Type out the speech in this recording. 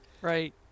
Right